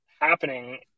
happening